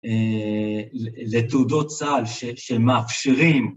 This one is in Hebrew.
אה... לתעודות צה״ל שמאפשרים